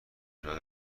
شود